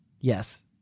Yes